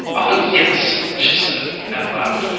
oh, yes, she said, and laughed.